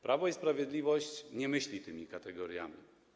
Prawo i Sprawiedliwość nie myśli tymi kategoriami.